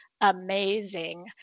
amazing